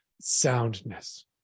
soundness